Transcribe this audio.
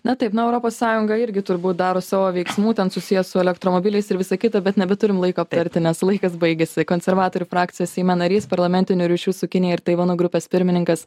na taip na europos sąjunga irgi turbūt daro savo veiksmų ten susiję su elektromobiliais ir visa kita bet nebeturim laiko aptarti nes laikas baigėsi konservatorių frakcijos seime narys parlamentinių ryšių su kinija ir taivanu grupės pirmininkas